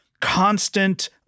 constant